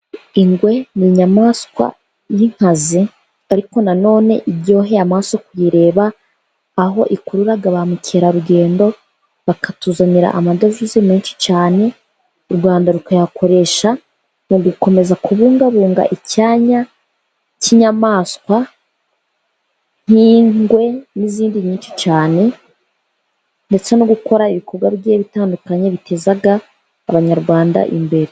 Ingwe ni inyamaswa y'inkazi ariko nanone iryoheye amaso kuyireba aho ikurura ba mukerarugendo, bakatuzanira amadovize menshi cyane u Rwanda rukayakoresha mu gukomeza kubungabunga icyanya cy'inyamaswa nk'ingwe n'izindi nyinshi cyane, ndetse no gukora ibikorwa bigiye bitandukanye biteza Abanyarwanda imbere.